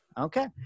Okay